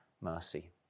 mercy